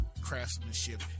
craftsmanship